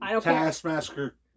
Taskmaster